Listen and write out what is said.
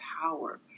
power